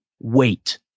wait